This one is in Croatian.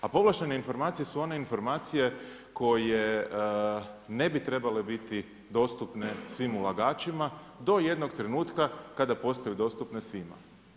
A povlaštene informacije su one informacije koje ne bi trebale biti dostupne svim ulagačima do jednog trenutka kada postaju dostupne svima.